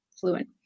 fluent